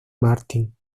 martin